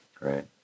right